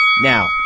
Now